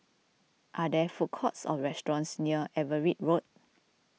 are there food courts or restaurants near Everitt Road